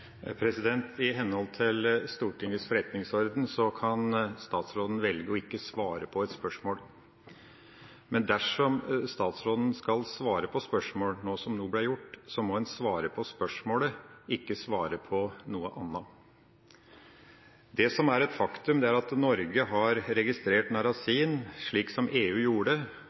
I henhold til Stortingets forretningsorden kan statsråden velge ikke å svare på et spørsmål. Men dersom statsråden skal svare på spørsmål, som nå ble gjort, må en svare på spørsmålet, ikke svare på noe annet. Det som er et faktum, er at Norge har registrert